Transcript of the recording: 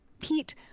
Pete